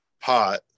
pot